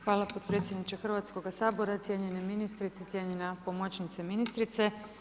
Hvala potpredsjedniče Hrvatskoga sabora, cijenjene ministrice, cijenjena pomoćnice ministrice.